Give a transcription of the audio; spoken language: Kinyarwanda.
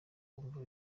bumva